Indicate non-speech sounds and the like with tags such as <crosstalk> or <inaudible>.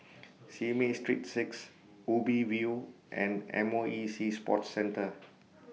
<noise> Simei Street six Ubi View and M O E Sea Sports Centre